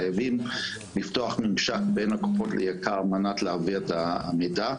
חייבים לפתוח ממשק בין הקופות ליק"ר על מנת להעביר את המידע.